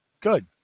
good